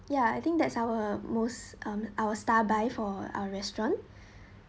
ya I think that's our most um our star by for our restaurant